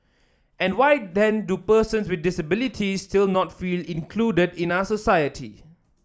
and why then do person with disabilities still not feel included in our society